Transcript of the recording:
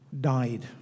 died